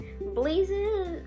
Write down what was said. blazes